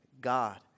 God